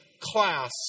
class